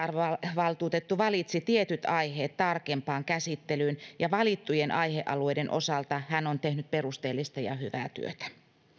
arvovaltuutettu valitsi tietyt aiheet tarkempaan käsittelyyn ja valittujen aihealueiden osalta hän on tehnyt perusteellista ja hyvää työtä